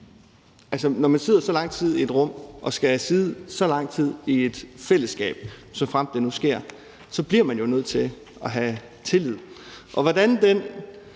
tillid. Når man sidder så lang tid i et rum og skal sidde så lang tid i et fællesskab – såfremt det nu sker – så bliver man jo nødt til at have tillid.